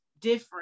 different